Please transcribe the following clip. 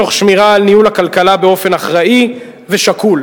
תוך שמירה על ניהול הכלכלה באופן אחראי ושקול.